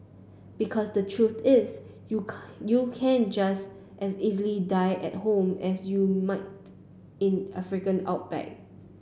because the truth is you you can just as easily die at home as you might in African outback